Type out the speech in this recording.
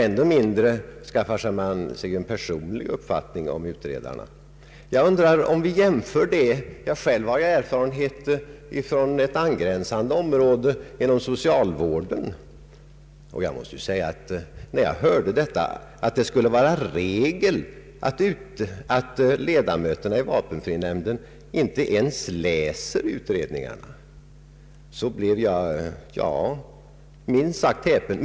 Ännu mindre skaffar de sig en personlig uppfattning om utredarna. Jag har själv erfarenhet från ett angränsande område, socialvården, och jag måste säga att när jag hörde att det skulle vara regel att ledamöterna i vapenfrinämnden inte ens läser utredningarna, så blev jag minst sagt häpen.